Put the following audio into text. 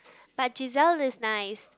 but Giselle is nice